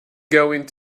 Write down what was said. going